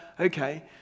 okay